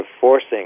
forcing